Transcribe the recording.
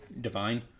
divine